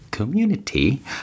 community